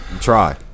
try